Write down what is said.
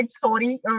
sorry